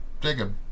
Jacob